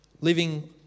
living